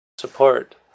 support